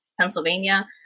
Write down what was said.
Pennsylvania